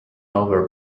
over